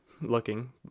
looking